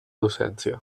docència